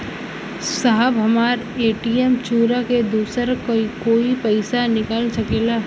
साहब हमार ए.टी.एम चूरा के दूसर कोई पैसा निकाल सकेला?